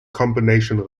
combination